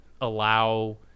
allow